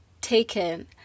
taken